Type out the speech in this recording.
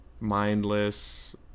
mindless